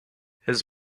his